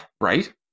right